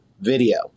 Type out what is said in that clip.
video